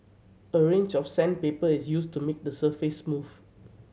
a range of sandpaper is used to make the surface smooth